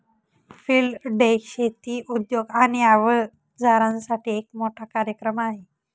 field day शेती उद्योग आणि अवजारांसाठी एक मोठा कार्यक्रम आहे